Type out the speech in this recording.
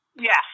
Yes